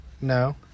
No